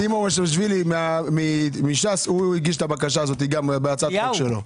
סימון מושאשווילי מש"ס הגיש את הבקשה הזו בהצעת חוק שלו.